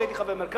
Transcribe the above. כשהייתי חבר מרכז,